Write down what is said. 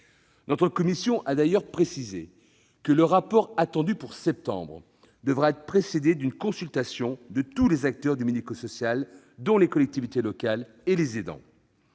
Notre commission a d'ailleurs précisé que le rapport attendu pour septembre devra être précédé d'une consultation de tous les acteurs du médico-social, dont les collectivités locales et les aidants.